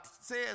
says